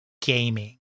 gaming